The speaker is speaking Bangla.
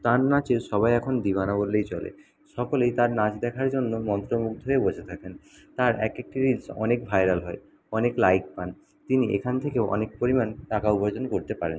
তার নাচে সবাই এখন দিওয়ানা বললেই চলে সকলেই তার নাচ দেখার জন্য মন্ত্রমুগ্ধ হয়ে বসে থাকেন তার এক একটি রিলস অনেক ভাইরাল হয় অনেক লাইক পান তিনি এখান থেকেও অনেক পরিমাণ টাকা উপার্জন করতে পারেন